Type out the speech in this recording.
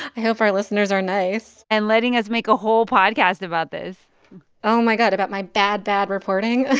hope our listeners are nice. and letting us make a whole podcast about this oh, my god, about my bad, bad reporting?